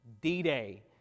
D-Day